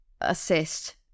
assist